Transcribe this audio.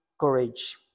courage